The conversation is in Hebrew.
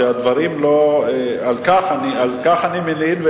על כך אני מלין,